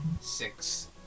six